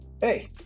Hey